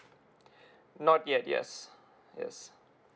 not yet yes yes